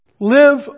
Live